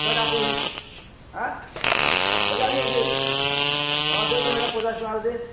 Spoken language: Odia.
ପେଡ଼ା ପୁଡ଼ି ଆଁଏ ଖଜା ବି ଅଛେ ହଁ ଦେ ତ ହେଟା ପଚାଶ୍ ଟଙ୍ଗାର୍ ଦେ